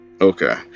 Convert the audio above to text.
okay